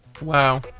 Wow